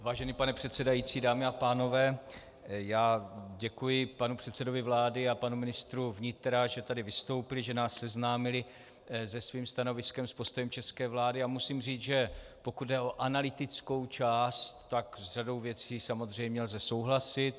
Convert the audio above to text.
Vážený pane předsedající, dámy a pánové, já děkuji panu předsedovi vlády a panu ministru vnitra, že tady vystoupili, že nás seznámili se svým stanoviskem, s postojem české vlády, a musím říct, že pokud jde o analytickou část, tak s řadou věcí samozřejmě lze souhlasit.